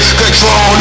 control